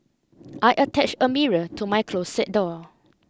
I attached a mirror to my closet door